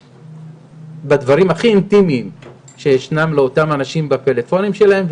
בדברים הכי אינטימיים שישנם לאותם אנשים בפלאפונים שלהם,